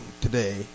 today